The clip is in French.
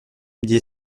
dit